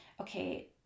okay